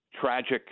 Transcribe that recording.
tragic